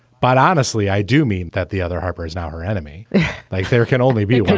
but honestly, i do mean that the other harper is now her enemy like there can only be